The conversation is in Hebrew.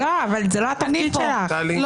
זה לא התפקיד שלך.